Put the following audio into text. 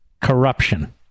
corruption